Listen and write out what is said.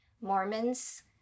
Mormons